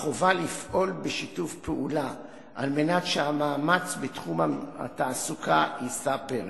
החובה לפעול בשיתוף פעולה על מנת שהמאמץ בתחום התעסוקה יישא פרי.